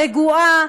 רגועה,